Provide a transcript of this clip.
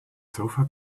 sofa